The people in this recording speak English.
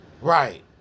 Right